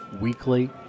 weekly